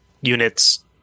units